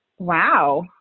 Wow